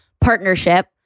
partnership